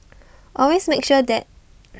always make sure their